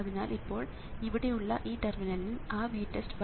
അതിനാൽ ഇപ്പോൾ ഇവിടെയുള്ള ഈ ടെർമിനലിൽ ആ VTEST3 ആണ്